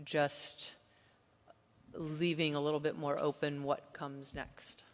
just leaving a little bit more open what comes next